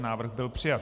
Návrh byl přijat.